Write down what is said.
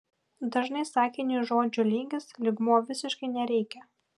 dažnai sakiniui žodžių lygis lygmuo visiškai nereikia